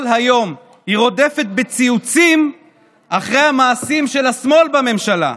כל היום היא רודפת בציוצים אחרי המעשים של השמאל בממשלה,